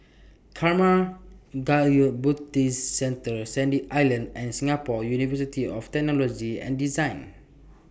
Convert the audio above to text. Karma Kagyud Buddhist Centre Sandy Island and Singapore University of Technology and Design